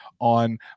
on